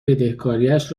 بدهکاریش